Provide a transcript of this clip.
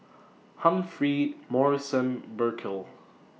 Humphrey Morrison Burkill